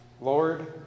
Lord